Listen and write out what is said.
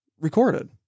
recorded